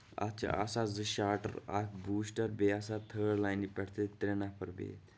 اَتھ چھِ آسان زٕ شاٹ اکھ بوٗسٹر بیٚیہِ آسان تھٲڑ لاینہِ پٮ۪ٹھ تہِ ترٛےٚ نَفر بِہتھ